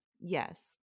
Yes